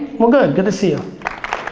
well good, good to see you.